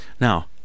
now